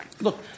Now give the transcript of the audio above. look